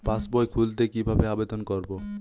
পাসবই খুলতে কি ভাবে আবেদন করব?